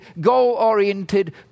goal-oriented